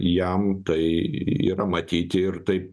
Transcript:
jam tai yra matyti ir taip